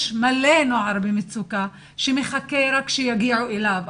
יש מלא נערים במצוקה שמחכים רק שיגיעו אליהם.